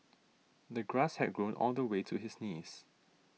the grass had grown all the way to his knees